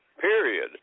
period